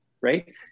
right